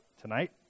tonight